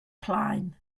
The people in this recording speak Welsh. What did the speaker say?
plaen